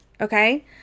Okay